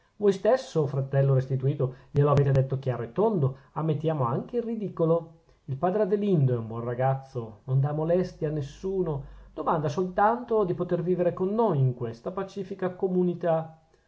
voi stesso fratello restituto glielo avete detto chiaro e tondo ammettiamo anche il ridicolo il padrino adelindo è un buon ragazzo non dà molestia a nessuno domanda soltanto di poter vivere con noi in questa pacifica comunità